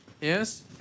Yes